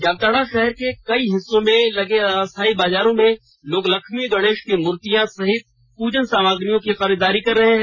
जामताड़ा शहर के कई हिस्सों में लगे अस्थाई बाजारों में लोग लक्ष्मी गणेश की मूर्तियां सहित पूजन सामग्रियों की खरीदारी कर रहे हैं